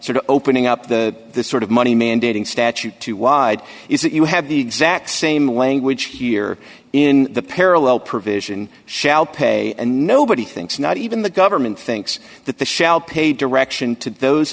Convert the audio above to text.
sort of opening up the sort of money mandating statute to wide is that you have the exact same language here in the parallel provision shall pay and nobody thinks not even the government thinks that the shall pay direction to those